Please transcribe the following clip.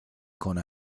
کنه